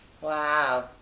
wow